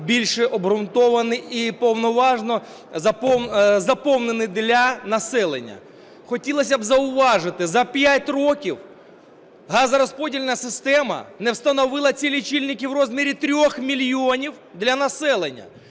більш обґрунтований і повноважно… заповнений для населення. Хотілося б зауважити, за 5 років газорозподільна система не встановила ці лічильники в розмірі 3 мільйонів для населення,